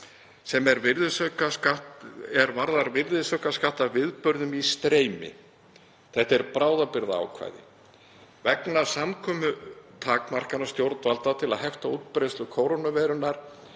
er varðar virðisaukaskatt af viðburðum í streymi en það er bráðabirgðaákvæði. Vegna samkomutakmarkana stjórnvalda til að hefta útbreiðslu kórónuveirunnar